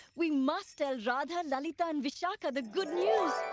we must tell radha, lalita and vishaka the good news.